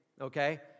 Okay